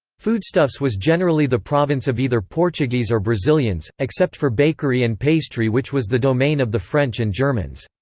foodstuffs was generally the province of either portuguese or brazilians, except for bakery and pastry which was the domain of the french and germans.